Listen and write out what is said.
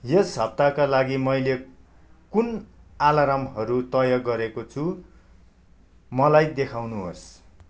यस हप्ताका लागि मैले कुन अलार्महरू तय गरेको छु मलाई देखाउनुहोस्